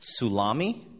Sulami